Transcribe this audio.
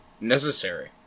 necessary